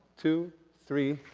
two, three,